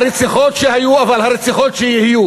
הרציחות שהיו, אבל הרציחות שיהיו